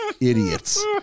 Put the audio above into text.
Idiots